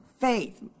faith